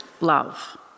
love